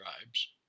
tribes